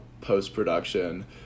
post-production